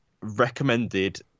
recommended